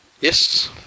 Yes